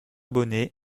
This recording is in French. bonnet